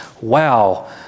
Wow